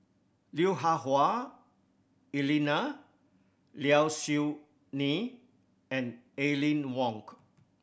Lui Hah Wah Elena Low Siew Nghee and Aline Wong